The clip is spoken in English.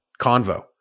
Convo